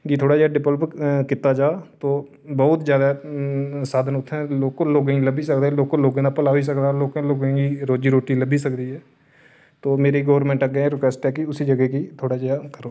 गी थोह्ड़ा जेहा डिब्लेप कीता जा तो बहुत ज्यादा साधन उत्थै लोकल लोंके गी लब्भी सकदे न लोकल लोकें दा भला होई सकदा ऐ लोकल लोगें गी रोजी रोटी लब्भी सकदी ऐ ते मेरी गौरमेंट अग्गें रिक्बैस्ट के उस जगह गी थोह्ड़ा जेहा करो